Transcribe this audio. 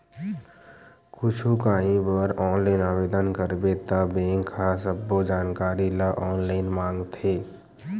कुछु काही बर ऑनलाईन आवेदन करबे त बेंक ह सब्बो जानकारी ल ऑनलाईन मांगथे